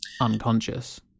unconscious